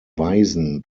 weisen